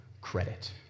Credit